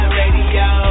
radio